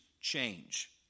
change